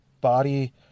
body